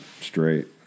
straight